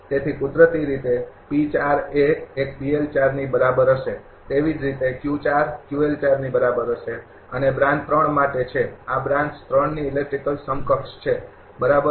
તેથી કુદરતી રીતે એ આ એક ની બરાબર હશે તેવી જ રીતે ની બરાબર હશે અને આ બ્રાન્ચ માટે છે આ બ્રાન્ચ ૩ ની ઇલેક્ટ્રિકલ સમકક્ષ છે બરાબર